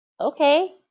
Okay